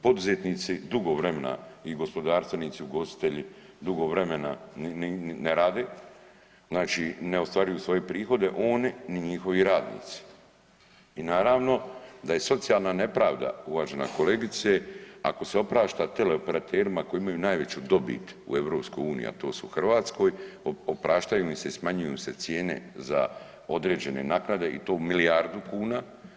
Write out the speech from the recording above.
Poduzetnici dugo vremena i gospodarstvenici, ugostitelji dugo vremena ne rade, znači ne ostvaruju svoje prihode oni ni njihovi radnici i naravno da je socijalna nepravda uvažena kolegice ako se oprašta teleoperaterima koji imaju najveću dobit u EU, a to su u Hrvatskoj opraštaju im se i smanjuju im se cijene za određene naknade i to u milijardu kuna.